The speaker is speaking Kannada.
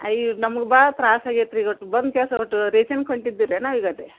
ಐ ನಮ್ಗೆ ಭಾಳ ತ್ರಾಸು ಆಗೈತೆ ರೀ ಇವತ್ತು ಬಂದು ಹೊಂಟಿದ್ದೀರೇನು